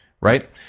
right